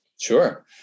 Sure